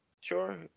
sure